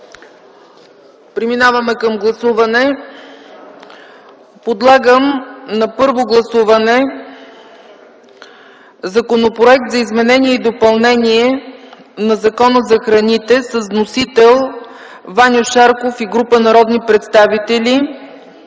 Преминаваме към гласуване. Подлагам на първо гласуване Законопроекта за изменение и допълнение на Закона за храните с вносител Ваньо Шарков и група народни представители.